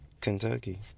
Kentucky